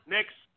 Next